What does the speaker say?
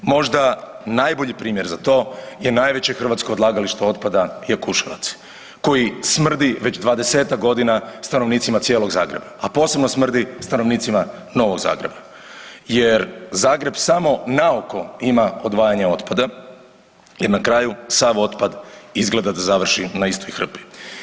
Možda najbolji primjer za to je najveće hrvatsko odlagalište otpada Jakuševac koji smrdi već 20-tak godina stanovnicima cijelog Zagreba, a posebno smrdi stanovnicima Novog Zagreba jer Zagreb samo naoko ima odvajanje otpada i na kraju sav otpad izgleda da završi na istoj hrpi.